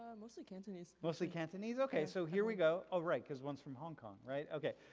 mostly cantonese mostly cantonese. okay so here we go. oh, right because one is from hong kong, right? okay,